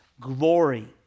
glory